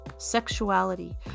Sexuality